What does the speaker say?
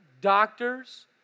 doctors